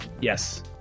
Yes